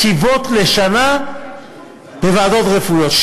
לשנה בוועדות רפואיות.